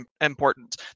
important